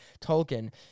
Tolkien